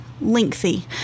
lengthy